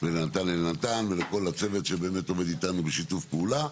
ולנתן אלנתן ולכל הצוות שבאמת עובד איתנו בשיתוף פעולה,